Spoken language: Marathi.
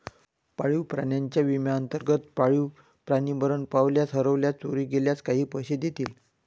पाळीव प्राण्यांच्या विम्याअंतर्गत, पाळीव प्राणी मरण पावल्यास, हरवल्यास, चोरी गेल्यास काही पैसे देतील